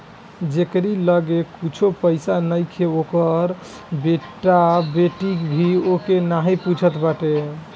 जेकरी लगे कुछु पईसा नईखे ओकर बेटा बेटी भी ओके नाही पूछत बाटे